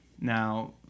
Now